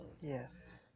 yes